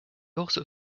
also